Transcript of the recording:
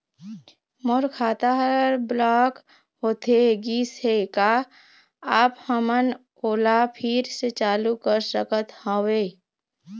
मोर खाता हर ब्लॉक होथे गिस हे, का आप हमन ओला फिर से चालू कर सकत हावे?